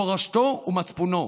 למורשתו ולמצפונו.